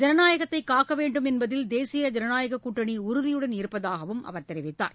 ஜனநாயகத்தை காக்க வேண்டும் என்பதில் தேசிய ஜனநாயக கூட்டணி உறுதியுடன் இருப்பதாகவும் அவர் தெரிவித்தார்